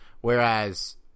whereas